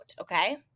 Okay